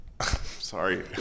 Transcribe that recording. sorry